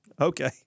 Okay